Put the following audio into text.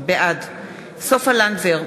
בעד סופה לנדבר,